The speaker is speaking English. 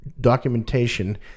documentation